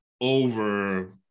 over